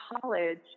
college